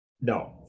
no